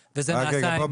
וזה נעשה --- רק רגע גבי,